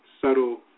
subtle